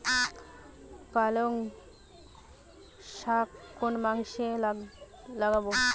পালংশাক কোন মাসে লাগাব?